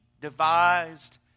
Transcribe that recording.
devised